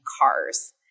cars